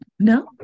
No